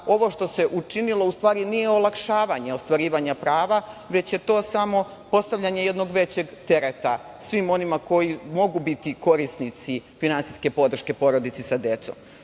što se učinilo u stvari nije olakšavanje ostvarivanja prava, već je to samo postavljanje jednog većeg tereta svima onima koji mogu biti korisnici finansijske podrške porodici sa decom. Drugo,